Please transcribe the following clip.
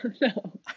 no